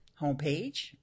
homepage